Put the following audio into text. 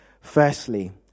firstly